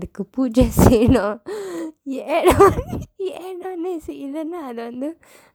அதுக்கு பூஜை செய்யனும் ஏனா:athukku puujai seyyannum eenaa then he said இல்லனா அதுவந்து:illanaa athuvandthu